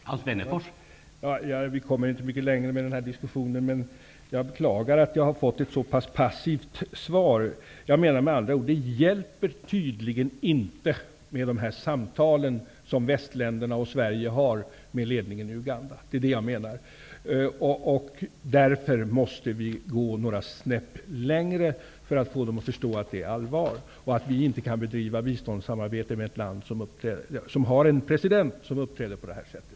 Herr talman! Vi kommer inte mycket längre med den här diskussionen. Jag beklagar att jag har fått ett så passivt svar. Jag menar med andra ord att det tydligen inte hjälper med de här samtalen som västländerna och Sverige för med ledningen i Uganda. Det är det jag menar. Därför måste vi gå några snäpp längre, för att få dem att förstå att det är allvar och att vi inte kan bedriva biståndssamarbete med ett land som har en president som uppträder på det här sättet.